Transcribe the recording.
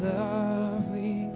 lovely